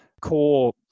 core